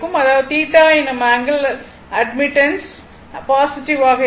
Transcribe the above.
அதாவது θ எனும் angle of admittance positive ஆக இருக்கும்